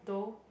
though